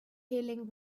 healing